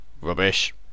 Rubbish